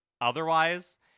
otherwise